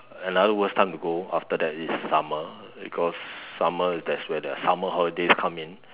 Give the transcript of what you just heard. another worst time to go after that is summer because summer that's where their summer holidays come in